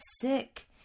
sick